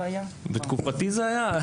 בתקופתי זה היה.